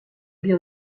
bien